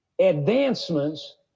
Advancements